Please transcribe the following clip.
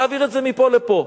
להעביר את זה מפה לפה.